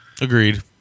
Agreed